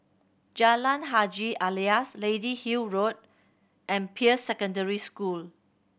Jalan Haji Alias Lady Hill Road and Peirce Secondary School